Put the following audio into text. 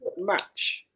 Match